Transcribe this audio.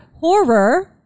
horror